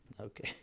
Okay